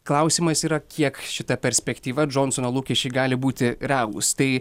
klausimas yra kiek šita perspektyva džonsono lūkesčiai gali būti realūs tai